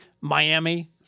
Miami